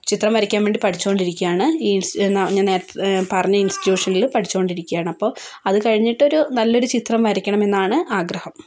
ചിത്രം വരയ്ക്കാൻ വേണ്ടി പഠിച്ചുകൊണ്ടിരിക്കുകയാണ് ഈ ഞാൻ നേരത്തെ പറഞ്ഞ ഇൻസ്റ്റിറ്റ്യൂഷനിൽ പഠിച്ചുകൊണ്ടിരിക്കുകയാണ് അപ്പോൾ അത് കഴിഞ്ഞിട്ടൊരു നല്ലൊരു ചിത്രം വരയ്ക്കണം എന്നാണ് ആഗ്രഹം